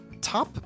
top